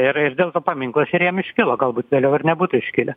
ir ir dėl to paminklas ir jam iškilo galbūt vėliau ir nebūtų iškilę